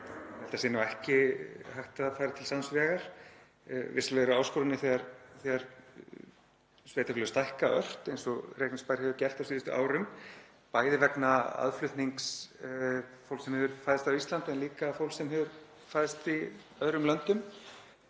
held að sé ekki hægt að færa til sanns vegar. Vissulega eru áskoranir þegar sveitarfélög stækka ört eins og Reykjanesbær hefur gert á síðustu árum, bæði vegna aðflutnings fólks sem hefur fæðst á Íslandi en líka fólks sem hefur fæðst í öðrum löndum